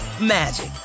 magic